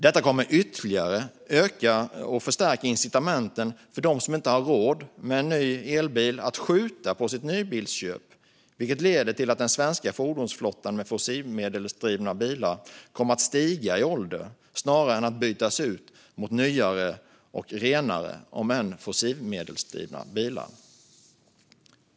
Detta kommer ytterligare att förstärka incitamenten för dem som inte har råd med en ny elbil att skjuta på sitt nybilsköp, vilket leder till att den svenska fordonsflottan med fossilmedelsdrivna bilar kommer att stiga i ålder snarare än att bytas ut mot nyare och renare, om än fossilmedelsdrivna, bilar.